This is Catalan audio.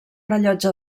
rellotge